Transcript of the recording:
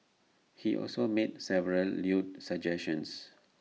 he also made several lewd suggestions